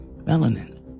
melanin